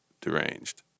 deranged